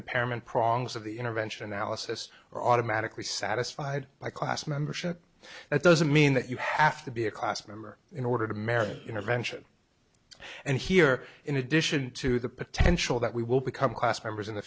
impairment prongs of the intervention analysis are automatically satisfied by class membership that doesn't mean that you have to be a class member in order to merit intervention and here in addition to the potential that we will become class members in the